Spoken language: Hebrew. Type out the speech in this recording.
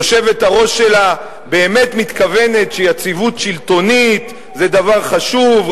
היושבת-ראש שלה באמת מתכוונת שיציבות שלטונית זה דבר חשוב,